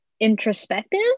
introspective